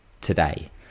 today